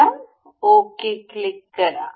आता okay click करा